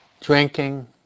drinking